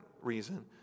reason